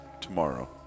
Tomorrow